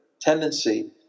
tendency